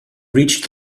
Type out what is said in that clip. reached